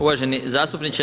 Uvaženi zastupniče.